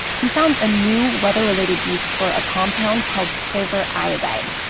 he found a new weather-related use for a compound called, silver iodide.